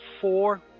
four